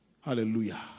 hallelujah